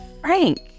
Frank